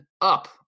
up